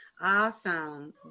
Awesome